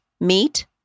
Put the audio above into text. meat